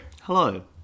Hello